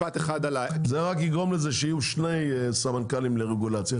זה רק יגרום לזה שיהיו שני סמנכ"לים לרגולציה,